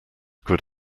could